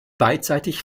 beidseitig